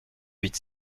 huit